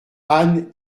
anne